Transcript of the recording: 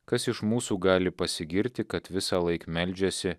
kas iš mūsų gali pasigirti kad visąlaik meldžiasi